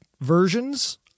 versions